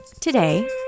Today